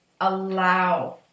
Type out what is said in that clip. allow